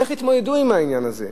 איך יתמודדו עם העניין הזה?